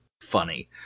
funny